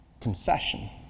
Confession